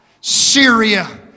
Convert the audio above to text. Syria